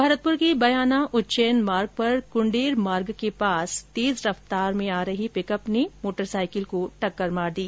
भरतप्र के बयाना उच्चैन मार्ग पर कुंडेर मार्ग के पास तेज रफ्तार में आ रही पिकअप ने मोटरसाईकिल को टेक्कर मार दी